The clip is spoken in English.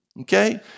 Okay